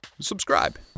subscribe